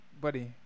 buddy